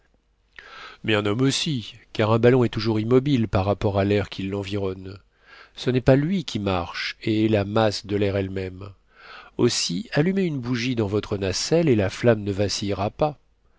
mais un homme aussi car un ballon est toujours immobile par rapport à l'air qui l'environne ce n'est pas lui qui marche et est la masse de l'air elle-même aussi allumez une bougie dans votre nacelle et la flamme ne vacillera pas